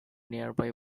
nearby